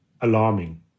alarming